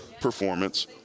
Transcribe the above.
performance